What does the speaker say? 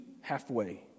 halfway